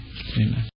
Amen